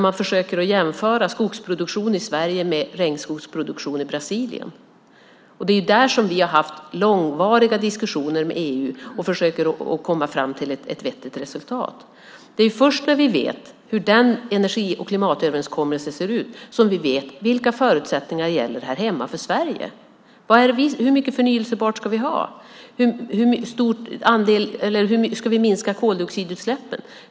Man försöker jämföra skogsproduktion i Sverige med regnskogsproduktion i Brasilien. Vi har haft långvariga diskussioner med EU och försöker komma fram till ett vettigt resultat. Det är först när vi vet hur energi och klimatöverenskommelsen ser ut som vi vet vilka förutsättningar som gäller för Sverige här hemma. Hur mycket förnybart ska vi ha? Ska vi minska koldioxidutsläppen?